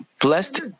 blessed